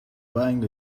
buying